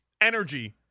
energy